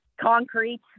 Concrete